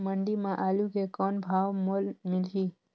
मंडी म आलू के कौन भाव मोल मिलही?